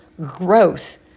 gross